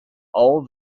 all